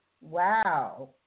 Wow